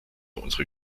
unserer